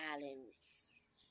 balance